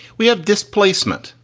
we have displacement.